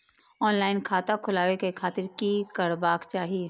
Online खाता खोलाबे के खातिर कि करबाक चाही?